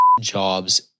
jobs